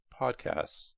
podcasts